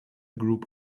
group